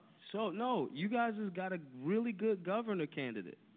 so, no, you guys has got a really good governor candidate.